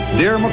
dear